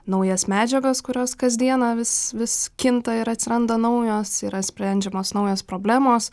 naujas medžiagas kurios kasdieną vis vis kinta ir atsiranda naujos yra sprendžiamos naujos problemos